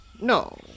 No